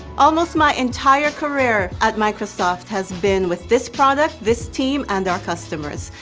almost my entire career at microsoft has been with this product, this team and our customers.